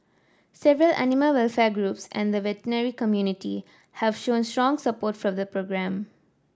several animal welfare groups and the veterinary community have shown strong support for the programme